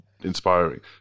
inspiring